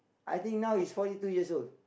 I think now he's forty two years old